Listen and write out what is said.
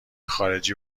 خارجی